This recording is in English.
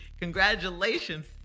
Congratulations